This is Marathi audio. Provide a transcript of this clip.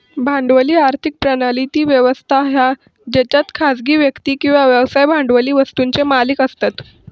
भांडवली आर्थिक प्रणाली ती व्यवस्था हा जेच्यात खासगी व्यक्ती किंवा व्यवसाय भांडवली वस्तुंचे मालिक असतत